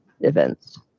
events